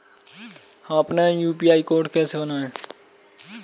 हम अपना UPI code कैसे बनाएँ?